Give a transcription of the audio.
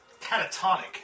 catatonic